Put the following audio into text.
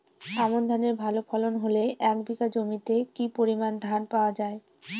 আমন ধানের ভালো ফলন হলে এক বিঘা জমিতে কি পরিমান ধান পাওয়া যায়?